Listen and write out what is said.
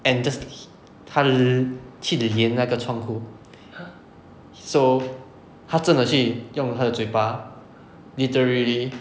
and just he 他 lic~ 去粘那个窗口 so 他真的去用他的嘴巴 literally